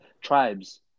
tribes